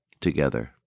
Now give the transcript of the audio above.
together